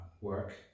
work